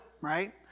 right